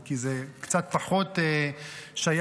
כי זה קצת פחות שייך,